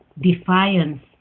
defiance